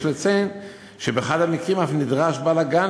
יש לציין שבאחד המקרים אף נדרש בעל הגן